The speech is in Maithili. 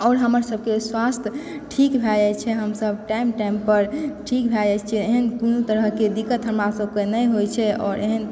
आओर हमर सब के स्वास्थ्य ठीक भय जाइ छै हम सब टाइम टाइम पर ठीक भय जाइ छियै एहन कोनो तरहके दिक्कत हमरा सब के नहि होइ छै आओर एहन